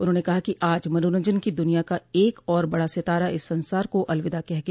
उन्होंने कहा कि आज मनोरंजन की द्नियां का एक और बड़ा सितारा इस संसार को अलविदा कह गया